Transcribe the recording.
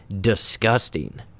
disgusting